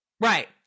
right